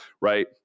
right